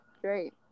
Great